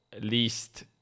least